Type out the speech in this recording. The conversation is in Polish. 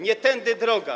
Nie tędy droga.